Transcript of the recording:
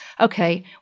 okay